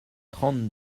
trente